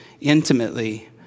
intimately